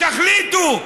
תחליטו.